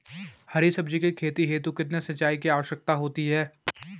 हरी सब्जी की खेती हेतु कितने सिंचाई की आवश्यकता होती है?